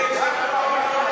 טובה,